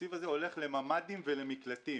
שהתקציב הזה הולך לממ"דים ולמקלטים